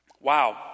Wow